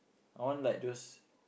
I want like those